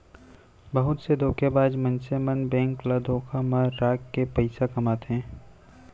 बहुत से धोखेबाज मनसे मन बेंक ल धोखा म राखके पइसा कमाथे